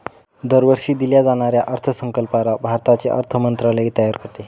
दरवर्षी दिल्या जाणाऱ्या अर्थसंकल्पाला भारताचे अर्थ मंत्रालय तयार करते